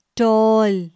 tall